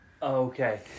Okay